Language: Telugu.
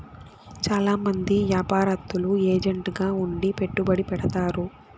చాలా మంది యాపారత్తులు ఏజెంట్ గా ఉండి పెట్టుబడి పెడతారు